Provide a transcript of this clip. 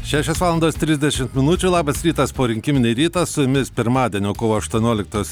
šešios valandos trisdešimt minučių labas rytas porinkiminį rytą su jumis pirmadienio kovo aštuonioliktos